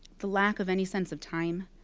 the lack of any sense of time.